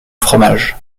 fromages